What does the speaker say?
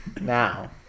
Now